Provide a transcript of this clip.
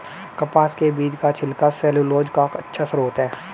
कपास के बीज का छिलका सैलूलोज का अच्छा स्रोत है